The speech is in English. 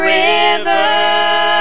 river